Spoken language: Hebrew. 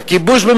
"הכיבוש".